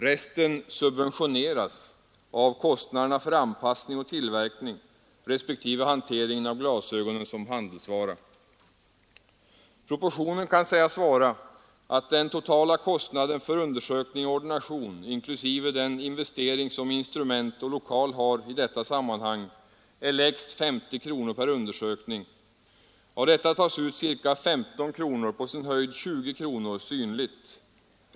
Resten ”subventioneras” av kostnaderna för anpassning och tillverkning respektive hanteringen av glasögonen som handelsvara. Proportionen kan sägas vara att den totala kostnaden för undersökning och ordination, inklusive den investering som instrument och lokal utgör i detta sammanhang, är lägst 50 kronor per undersökning. Av detta tas ut ca 15 kronor, på sin höjd 20 kronor, synligt.